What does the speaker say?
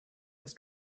was